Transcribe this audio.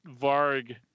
Varg